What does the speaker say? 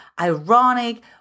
ironic